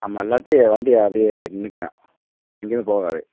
ஆமாம் இல்லாட்டி வண்டி அப்படியே நின்றுக்கிரும் எங்கேயுமே போகாது